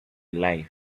life